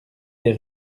des